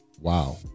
Wow